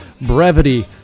brevity